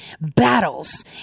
battles